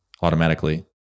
automatically